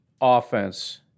offense